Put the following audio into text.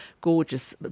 gorgeous